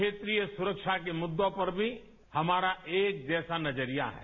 क्षेत्रिय सुरक्षा के मुद्दों पर भी हमारा एक जैसा नजरियां है